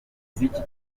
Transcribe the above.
z’iki